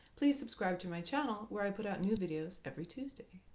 please subscribe to my channel where i put out new videos every tuesday.